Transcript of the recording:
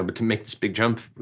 ah but to make this big jump,